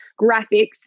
graphics